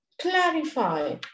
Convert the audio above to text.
clarify